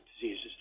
diseases